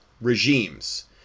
regimes